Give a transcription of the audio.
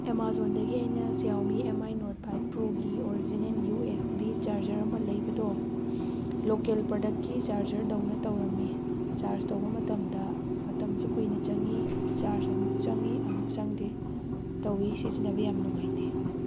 ꯑꯦꯃꯥꯖꯣꯟꯗꯒꯤ ꯑꯩꯅ ꯖꯤꯌꯥꯎꯃꯤ M I note five pro ꯒꯤ original U S B charger ꯑꯃ ꯂꯩꯕꯗꯣ ꯂꯣꯀꯦꯜ ꯄ꯭ꯔꯗꯛ ꯀꯤ ꯆꯥꯔꯖꯔ ꯗꯧꯅ ꯇꯧꯔꯝꯃꯤ ꯆꯥꯔꯖ ꯇꯧꯕ ꯃꯇꯝꯗ ꯃꯇꯝꯁꯨ ꯀꯨꯏꯅ ꯆꯪꯉꯤ ꯆꯥꯔꯖ ꯑꯃꯨꯛ ꯆꯪꯉꯤ ꯑꯃꯨꯛ ꯆꯪꯗꯦ ꯇꯧꯏ ꯁꯤꯖꯤꯟꯅꯕ ꯌꯥꯝꯅ ꯅꯨꯡꯉꯥꯏꯇꯦ